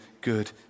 good